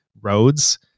roads